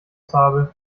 zabel